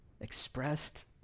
Expressed